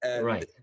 Right